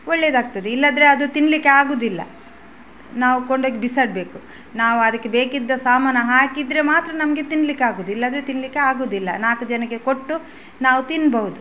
ಒಳ್ಳೆಯದಾಗ್ತದೆ ಇಲ್ಲಂದ್ರೆ ಅದು ತಿನ್ನಲಿಕ್ಕೆ ಆಗುವುದಿಲ್ಲ ನಾವು ಕೊಂಡೋಗಿ ಬಿಸಾಡಬೇಕು ನಾವು ಅದಕ್ಕೆ ಬೇಕಿದ್ದ ಸಾಮಾನು ಹಾಕಿದರೆ ಮಾತ್ರ ನಮಗೆ ತಿನ್ನಲಿಕ್ಕೆ ಆಗೋದು ಇಲ್ಲ ಅಂದ್ರೆ ತಿನ್ನಲಿಕ್ಕೆ ಆಗುವುದಿಲ್ಲ ನಾಲ್ಕು ಜನಕ್ಕೆ ಕೊಟ್ಟು ನಾವು ತಿನ್ಬಹುದು